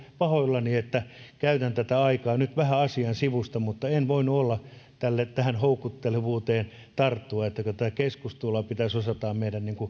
pahoillani että käytän tätä aikaa nyt vähän asian sivusta mutta en voinut olla tähän houkuttelevuuteen tarttumatta kun tätä keskustelua pitäisi osaltaan myös meidän